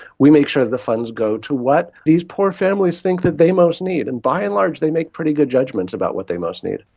we make sure that the funds go to what these poor families think that they most need, and by and large they make pretty good judgements about what they most need.